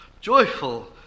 joyful